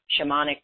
shamanic